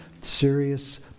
serious